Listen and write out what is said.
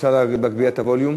אפשר להגביר את הווליום?